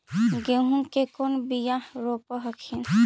गेहूं के कौन बियाह रोप हखिन?